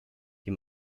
die